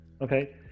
Okay